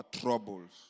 troubles